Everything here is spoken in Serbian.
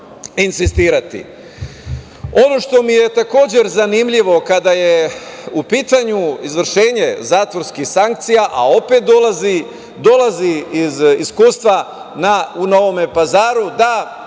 insistirati. Ono što mi je takođe zanimljivo kada je u pitanju izvršenje zatvorskih sankcija, a opet dolazi iz iskustva u Novom Pazaru da